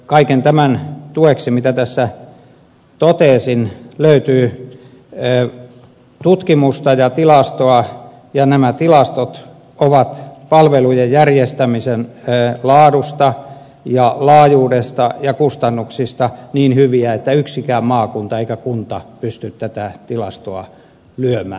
kaiken tämän tueksi mitä tässä totesin löytyy tutkimusta ja tilastoa ja nämä tilastot palvelujen järjestämisen laadusta laajuudesta ja kustannuksista ovat niin hyviä ettei yksikään maakunta eikä kunta pysty tätä tilastoa lyömään